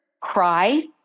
cry